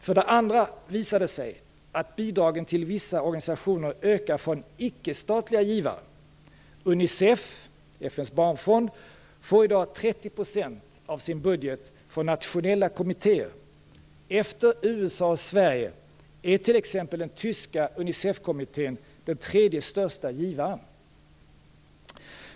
För det andra visar det sig att bidragen till vissa organisationer ökar från icke-statliga givare. Unicef - FN:s barnfond - får i dag 30 % av sin budget från nationella kommittéer. Efter USA och Sverige är t.ex. den tyska Unicef-kommittén den tredje största givaren.